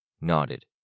nodded